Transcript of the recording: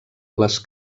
les